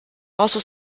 also